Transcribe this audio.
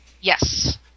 Yes